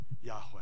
Yahweh